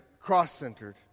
cross-centered